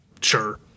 sure